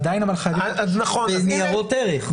אבל הן עדין חייבות --- בניירות ערך,